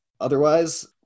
Otherwise